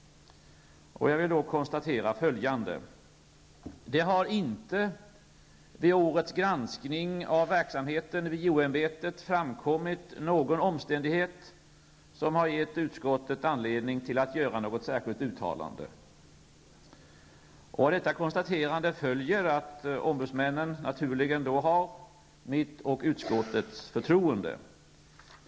Jag vill konstatera följande. Det har inte vid årets granskning av verksamheten vid JO-ämbetet framkommit någon omständighet som har gett utskottet anledning till att göra något särskilt uttalande. Av detta konstaterande följer att ombudsmännen naturligen har mitt och utskottets förtroende.